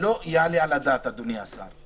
אדוני השר,